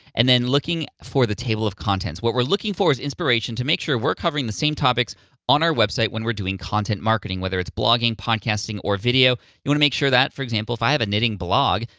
and then looking for the table of contents. what we're looking for is inspiration to make sure we're covering the same topics on our website when we're doing content marketing, whether it's blogging podcasting, or video. you wanna make sure that, for example, if i have a knitting blog,